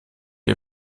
ihr